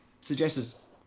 suggests